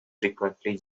frequently